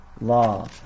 law